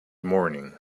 morning